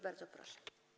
Bardzo proszę.